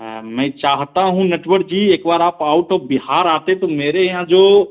हाँ मैं चाहता हूँ नटवर जी एक बार आप आउट ऑफ बिहार आते तो मेरे यहाँ जो